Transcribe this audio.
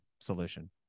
solution